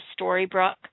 Storybrooke